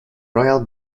royal